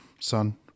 son